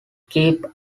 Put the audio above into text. keep